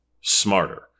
smarter